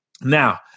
Now